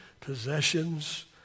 possessions